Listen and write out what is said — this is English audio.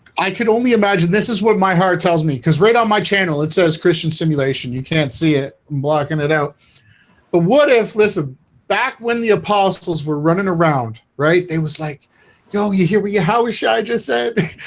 i could only imagine this is what my heart tells me because right on my channel it says christian simulation. you can't see it i'm blocking it out. but what if lissa back when the apostles were running around, right? they was like yo, here here we go. how we should i just said